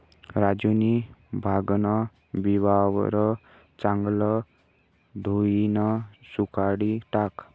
राजूनी भांगन बिवारं चांगलं धोयीन सुखाडी टाकं